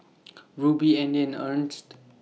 Rubie Audy and Ernst